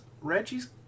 Reggie's